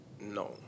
No